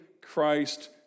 Christ